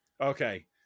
Okay